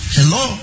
Hello